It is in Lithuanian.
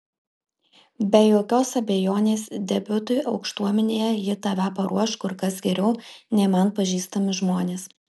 be jokios abejonės debiutui aukštuomenėje ji tave paruoš kur kas geriau nei man pažįstami žmonės